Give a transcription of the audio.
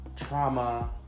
trauma